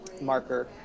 marker